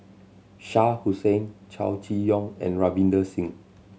Shah Hussain Chow Chee Yong and Ravinder Singh